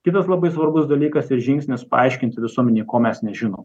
kitas labai svarbus dalykas ir žingsnis paaiškinti visuomenei ko mes nežinom